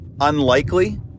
Unlikely